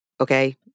Okay